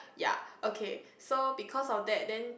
ya okay so because of that then